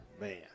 Man